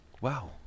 wow